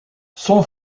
son